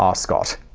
ah scott.